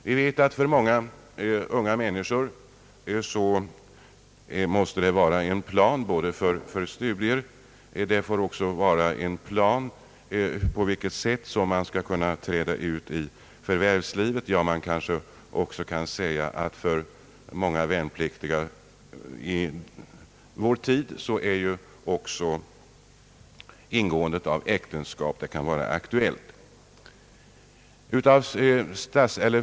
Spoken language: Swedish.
Vi vet att många unga människor måste planera sina studier. Det behövs också en planering för hur man skall träda ut i förvärvslivet. För många värnpliktiga i vår tid kan även ingående av äktenskap vara aktuellt.